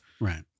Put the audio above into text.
Right